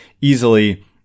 easily